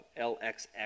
LXX